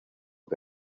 que